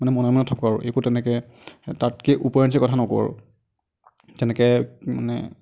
মানে মনে মনে থাকোঁ আৰু একো তেনেকৈ তাতকৈ উপৰঞ্চি কথা নকওঁ আৰু তেনেকৈ মানে